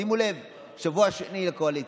שימו לב: שבוע שני לקואליציה,